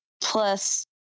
plus